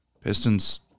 Pistons